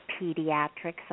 pediatrics